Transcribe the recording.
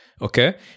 okay